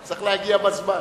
צריך גם להגיע בזמן.